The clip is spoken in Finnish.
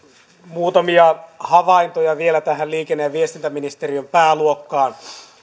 muutamia havaintoja vielä tähän liikenne ja viestintäministeriön pääluokkaan